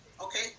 okay